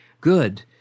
good